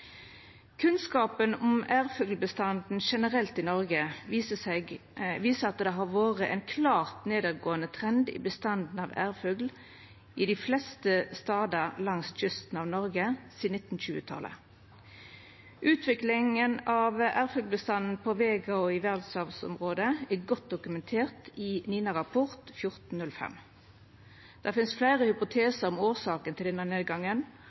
Kunnskapen om ærfuglbestanden generelt i Noreg viser at det har vore ein klart nedovergåande trend i bestanden av ærfugl dei fleste stader langs kysten av Noreg sidan 1920-talet. Utviklinga av ærfuglbestanden på Vega og i verdsarvområdet er godt dokumentert i NINA-rapport 1405. Det finst fleire hypotesar om årsaka til denne nedgangen,